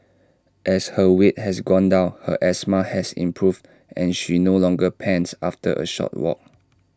as her weight has gone down her asthma has improved and she no longer pants after A short walk